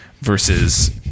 versus